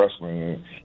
Wrestling